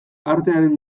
artearen